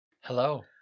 Hello